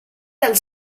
del